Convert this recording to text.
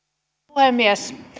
puhemies